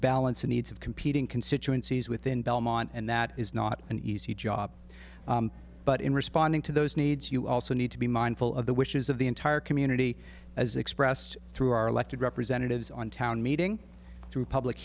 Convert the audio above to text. balance the needs of competing constituencies within belmont and that is not an easy job but in responding to those needs you also need to be mindful of the wishes of the entire community as expressed through our elected representatives on town meeting through public